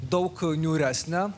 daug niūresnę